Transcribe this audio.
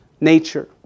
nature